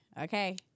Okay